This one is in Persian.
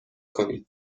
کنید